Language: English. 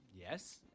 Yes